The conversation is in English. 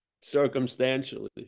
circumstantially